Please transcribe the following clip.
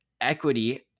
equity